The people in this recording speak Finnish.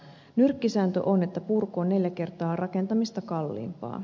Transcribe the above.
nyrkkisääntö on että purku on neljä kertaa rakentamista kalliimpaa